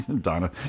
Donna